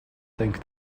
think